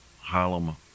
Harlem